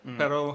pero